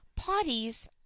potties